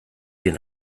den